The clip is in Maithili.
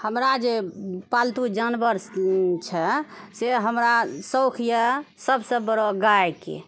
हमरा जे पालतु जानवर छै से हमरा शौक यऽसबसँ बड़ो गायके